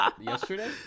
yesterday